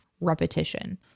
repetition